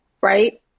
Right